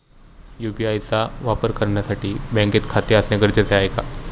UPI चा वापर करण्यासाठी बँकेत खाते असणे गरजेचे आहे का?